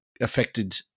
affected